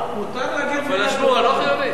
לא טוב?